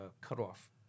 cutoff